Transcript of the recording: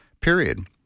period